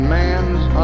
man's